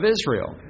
Israel